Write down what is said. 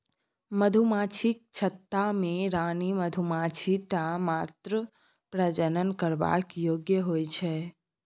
मधुमाछीक छत्ता मे रानी मधुमाछी टा मात्र प्रजनन करबाक योग्य होइ छै